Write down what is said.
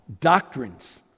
doctrines